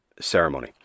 ceremony